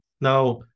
Now